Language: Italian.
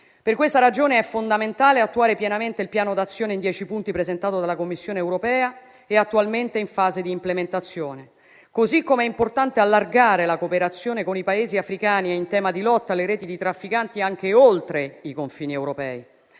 Per questa ragione, è fondamentale attuare pienamente il piano d'azione in dieci punti presentato dalla Commissione europea e attualmente in fase d'implementazione, così com'è importante allargare la cooperazione con i Paesi africani in tema di lotta alle reti di trafficanti anche oltre i confini europei.